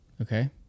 Okay